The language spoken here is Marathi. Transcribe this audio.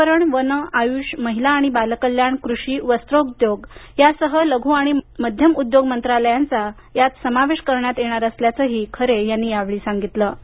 पर्यावरण वन आयुष महिला आणि बालकल्याण कृषी वस्त्रोद्योग यासह लघू आणि मध्यम उद्योग मंत्रालयांचा यात समावेश करण्यात येणार असल्याचंही खरे यांनी सांगितलं